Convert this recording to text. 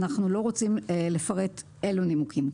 אנחנו לא רוצים לפרט אילו נימוקים.